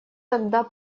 тогда